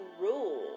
rule